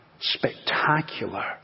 spectacular